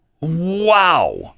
Wow